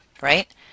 right